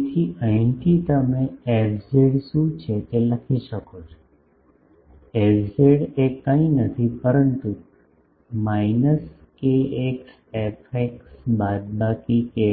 તેથી અહીંથી તમે fz શું છે તે લખી શકો છો fz એ કંઈ નથી પરંતુ માઈનસ કેએક્સ fx બાદબાકી ky